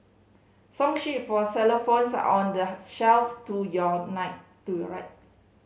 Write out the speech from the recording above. song sheet for xylophones are on the shelf to your night to your right